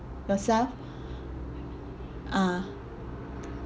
yourself ah